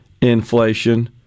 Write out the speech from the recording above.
inflation